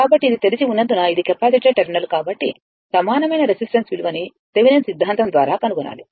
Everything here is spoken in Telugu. కాబట్టి ఇది తెరిచి ఉన్నందున ఇది కెపాసిటర్ టెర్మినల్ కాబట్టి సమానమైన రెసిస్టన్స్ విలువని థెవెనిన్ సిద్దాంతం ద్వారా కనుగొనాలి